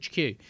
HQ